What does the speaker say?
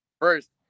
First